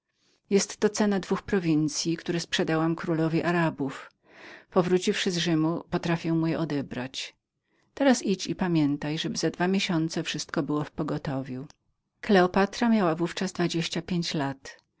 jest to cena dwóch prowincyi które sprzedałam królowi arabów powróciwszy z rzymu potrafię mu je odebrać teraz idź i pamiętaj żeby za dwa miesiące wszystko było w pogotowiu kleopatra miała w ówczas dwadzieścia pięć lat